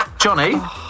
Johnny